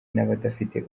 n’abadafite